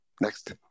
Next